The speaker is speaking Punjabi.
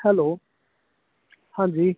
ਹੈਲੋ ਹਾਂਜੀ